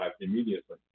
immediately